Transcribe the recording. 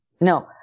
no